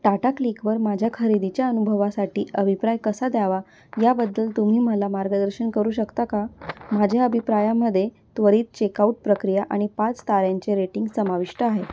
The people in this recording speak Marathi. टाटाक्लीकवर माझ्या खरेदीच्या अनुभवासाठी अभिप्राय कसा द्यावा याबद्दल तुम्ही मला मार्गदर्शन करू शकता का माझ्या अभिप्रायामध्ये त्वरित चेकआऊट प्रक्रिया आणि पाच ताऱ्यांचे रेटिंग समाविष्ट आहे